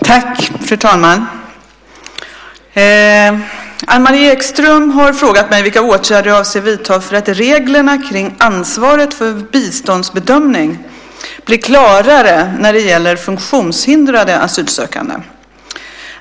Fru talman! Anne-Marie Ekström har frågat mig vilka åtgärder jag avser att vidta för att reglerna kring ansvaret för biståndsbedömning blir klarare när det gäller funktionshindrade asylsökande.